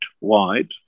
wide